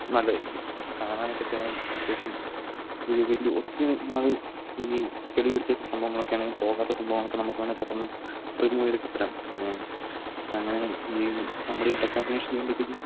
നല്ലതായിരിക്കും അപ്പം കാണാനൊക്കെ അത്യാവശ്യം അത്യാവശ്യം ഒരു വലിയ ഒത്തിരി നാൾ ഈ ചെളി പിടിച്ച സംഭവങ്ങളൊക്കെ ആണേലും പോകാത്ത സംഭവങ്ങളൊക്കെ നമുക്ക് തന്നെ പെട്ടെന്ന് റിമൂവ് ചെയ്തക്കെ തരാം പിന്നെ അങ്ങനെ ഈ നമ്മുടെ ഈ ടച്ച അപ്പിന് ശേഷം ചെയ്യുമ്പോഴ്ത്തേക്കും